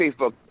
Facebook